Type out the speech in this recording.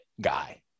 guy